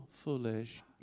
Foolish